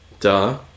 Duh